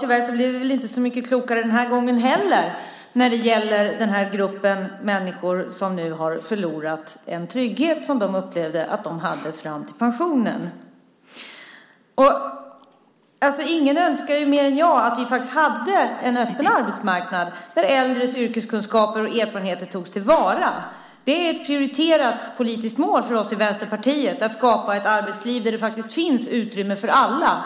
Tyvärr blev vi inte så mycket klokare den här gången heller när det gäller den grupp människor som nu har förlorat en trygghet som de upplevde att de hade fram till pensionen. Ingen önskar mer än jag att vi hade en öppen arbetsmarknad där äldres yrkeskunskaper och erfarenheter togs till vara. Det är ett prioriterat politiskt mål för oss i Vänsterpartiet att skapa ett arbetsliv där det finns utrymme för alla.